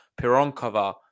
Pironkova